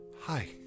hi